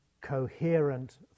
coherent